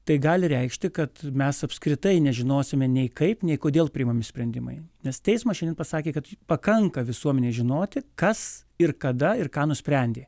tai gali reikšti kad mes apskritai nežinosime nei kaip nei kodėl priimami sprendimai nes teismas šiandien pasakė kad pakanka visuomenei žinoti kas ir kada ir ką nusprendė